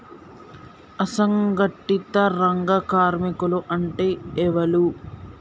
అసంఘటిత రంగ కార్మికులు అంటే ఎవలూ?